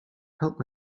help